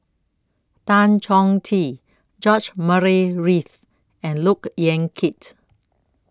Tan Chong Tee George Murray Reith and Look Yan Kit